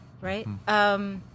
Right